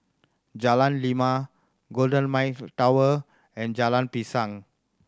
Jalan Lima Golden Mile Tower and Jalan Pisang